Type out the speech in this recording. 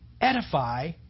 edify